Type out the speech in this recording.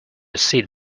seed